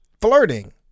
flirting